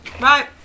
Right